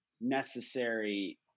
necessary